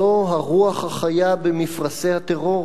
זו הרוח החיה במפרשי הטרור.